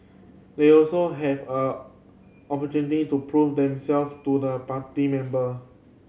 they also have a opportunity to prove them self to the party member